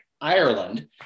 Ireland